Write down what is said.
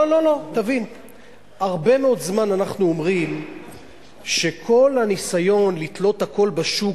הרבה מאוד זמן אנחנו אומרים שכל הניסיון לתלות הכול בשוק